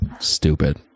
Stupid